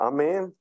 Amen